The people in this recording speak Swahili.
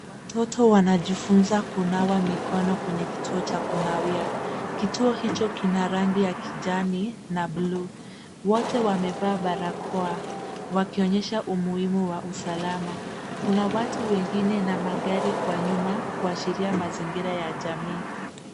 Watoto wanajifunza kunawa mikono kwenye kituo cha kunawia. Kituo hicho kina rangi ya kijani na bluu. Wote wamevaa barakoa wakionyesha umuhimu wa usalama. Kuna watu wengine na magari kwa nyuma kuashiria mazingira ya jamii.